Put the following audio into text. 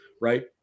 right